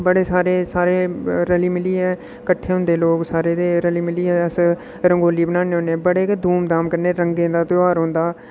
बड़े सारे सारे रली मिलियै किट्ठे होंदे लोक सारे ते रली मिलियै अस रंगोली बनाने होन्ने बड़े गै धूम धाम कन्नै रंगें दा ध्यार होंदा